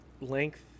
length